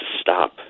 stop